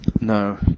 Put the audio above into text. No